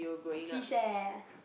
seashell